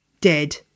dead